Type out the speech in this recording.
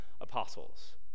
apostles